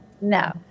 No